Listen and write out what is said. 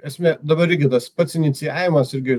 esmė dabar irgi tas pats inicijavimas irgi